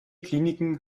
kliniken